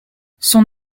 son